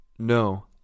No